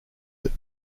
that